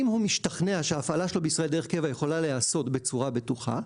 אם הוא משתכנע שההפעלה שלו בישראל דרך קבע יכולה להיעשות בצורה בטוחה.